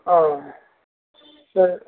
ஆ சேரி